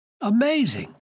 amazing